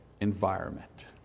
environment